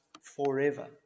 forever